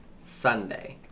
Sunday